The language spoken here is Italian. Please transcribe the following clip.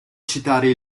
citare